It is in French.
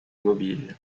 mobiles